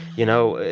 you know,